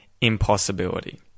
impossibility